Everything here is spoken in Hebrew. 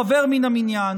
חבר מן המניין,